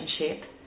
relationship